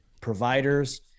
providers